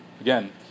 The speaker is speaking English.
Again